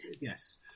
yes